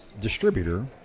distributor